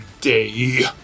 day